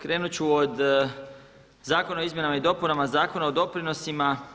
Krenut ću od Zakona o izmjenama i dopunama Zakona o doprinosima.